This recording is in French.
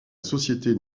société